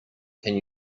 can